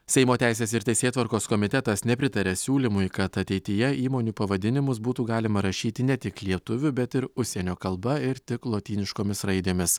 seimo teisės ir teisėtvarkos komitetas nepritaria siūlymui kad ateityje įmonių pavadinimus būtų galima rašyti ne tik lietuvių bet ir užsienio kalba ir tik lotyniškomis raidėmis